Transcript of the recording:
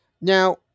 now